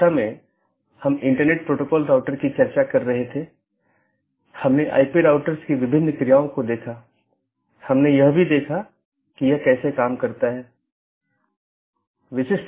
जैसा कि हम पिछले कुछ लेक्चरों में आईपी राउटिंग पर चर्चा कर रहे थे आज हम उस चर्चा को जारी रखेंगे